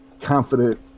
confident